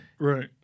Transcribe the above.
right